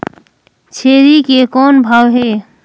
छेरी के कौन भाव हे?